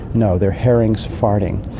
no, they're herrings farting.